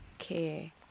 Okay